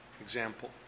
Example